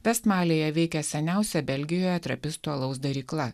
vest malyje veikia seniausia belgijoje trapistų alaus darykla